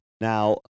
Now